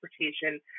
transportation